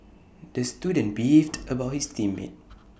the student beefed about his teammate